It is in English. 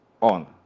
on